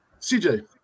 cj